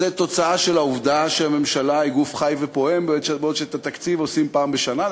זו תוצאה של העובדה שממשלה היא גוף חי ופועם בעוד התקציב נעשה פעם בשנה,